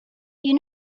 you